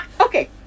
Okay